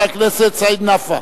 חבר הכנסת סעיד נפאע.